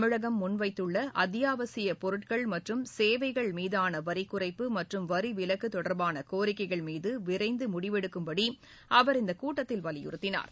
தமிழகம் முன்வைத்துள்ள அத்தியாவசியப் பொருட்கள் மற்றும் சேவைகள் மீதான வரிக்குறைப்பு மற்றும் வரி விலக்கு தொடர்பான கோரிக்கைகள் மீது விரைந்து முடிவெடுக்குப்படி அவர் இந்தக் கூட்டத்தில் வலியுறுத்தினார்